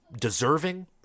deserving